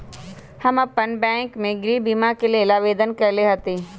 हम अप्पन बैंक में गृह बीमा के लेल आवेदन कएले हति